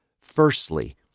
Firstly